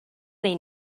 they